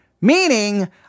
meaning